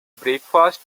breakfast